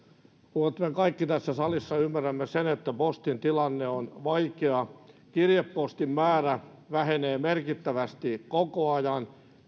että me kaikki tässä salissa ymmärrämme sen että postin tilanne on vaikea kirjepostin määrä vähenee merkittävästi koko ajan